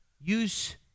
Use